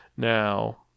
Now